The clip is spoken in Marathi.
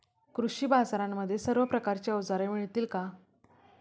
कृषी बाजारांमध्ये सर्व प्रकारची अवजारे मिळतील का?